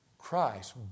Christ